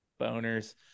Boners